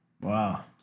Wow